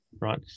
Right